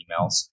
emails